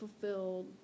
fulfilled